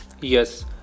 Yes